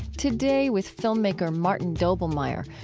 today, with filmmaker martin doblmeier,